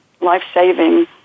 life-saving